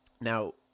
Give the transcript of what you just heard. Now